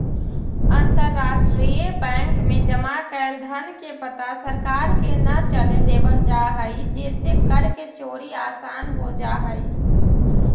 अंतरराष्ट्रीय बैंक में जमा कैल धन के पता सरकार के न चले देवल जा हइ जेसे कर के चोरी आसान हो जा हइ